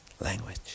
language